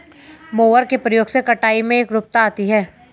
mower के प्रयोग से कटाई में एकरूपता आती है